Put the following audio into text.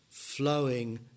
flowing